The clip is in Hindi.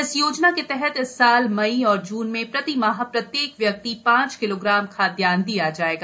इस योजना के तहत इस वर्ष मई और जून में प्रति माह प्रत्येक व्यक्ति पांच किलोग्राम खाद्यान्न दिया जाएगा